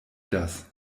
das